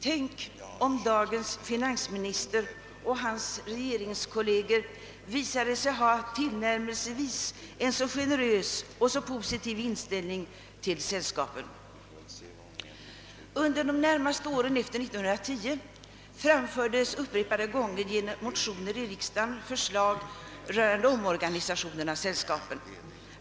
Tänk om dagens finansminister och hans regeringskolleger visade sig ha en tillnärmelsevis så generös och positiv inställning till sällskapen! Under de närmaste åren efter 1910 framfördes upprepade gånger genom motioner i riksdagen förslag rörande omorganisation av sällskapen.